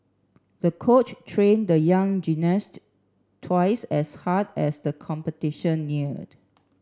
the coach trained the young gymnast twice as hard as the competition neared